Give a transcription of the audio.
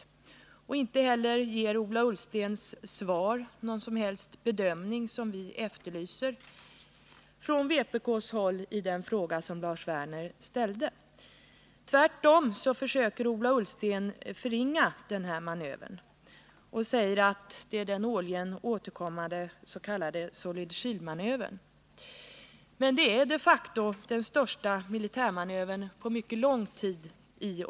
Inte heller ger Ola Ullsten i sitt svar någon som helst bedömning, som vi från vpk efterlyser i den fråga som Lars Werner ställde. Tvärtom försöker Ola Ullsten förringa manövern och säga att det är den årligen återkommande s.k. Solid Shield-manövern. Men det är de facto den största militärmanövern i området på mycket lång tid.